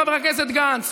חבר הכנסת גנץ,